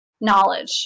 knowledge